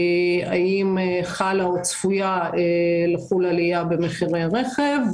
האם צפויה לחול עלייה במחירי רכב.